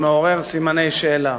מעורר סימני שאלה.